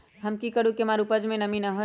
हम की करू की हमार उपज में नमी होए?